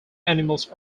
animals